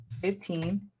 fifteen